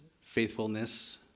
faithfulness